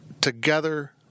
together